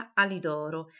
Alidoro